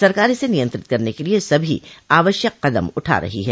सरकार इसे नियंत्रित करने के लिये सभी आवश्यक कदम उठा रही है